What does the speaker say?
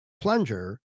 plunger